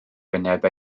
wyneb